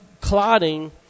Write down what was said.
clotting